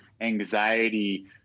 anxiety